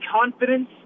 confidence